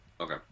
Okay